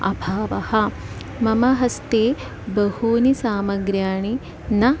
अभावः मम हस्ते बहूनि सामग्र्यः न